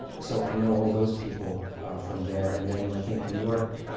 so, i know all those people from there. and then when i came to new york,